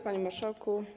Panie Marszałku!